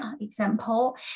example